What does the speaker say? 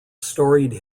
storied